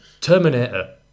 Terminator